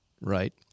right